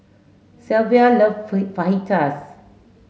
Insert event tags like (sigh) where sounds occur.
Shelvia love (unintelligible) Fajitas